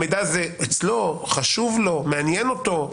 המידע הזה אצלו, חשוב לו, מעניין אותו.